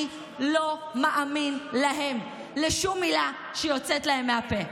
אני לא מאמין להם, לשום מילה שיוצאת להם מהפה.